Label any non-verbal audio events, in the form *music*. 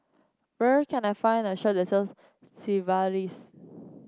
where can I find a *unintelligible* sells Sigvaris